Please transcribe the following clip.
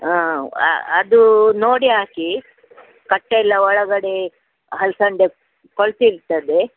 ಹಾಂ ಅದು ನೋಡಿ ಹಾಕಿ ಕಟ್ಟೆಲ್ಲ ಒಳಗಡೆ ಅಲ್ಸಂದೆ ಕೊಳೆತಿರ್ತದೆ